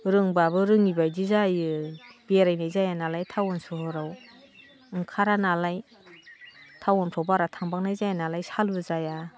रोंब्लाबो रोङैबायदि जायो बेरायनाय जायानालाय टाउन सहराव ओंखारानालाय टाउनफ्राव बारा थांबांनाय जायानालाय सालु जाया